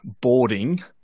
boarding